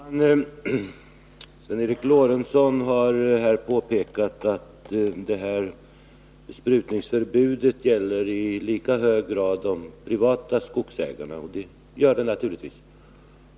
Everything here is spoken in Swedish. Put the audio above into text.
Herr talman! Sven Eric Lorentzon har här påpekat att sprutningsförbudet i lika hög grad gäller de privata skogsägarna, och det gör det naturligtvis.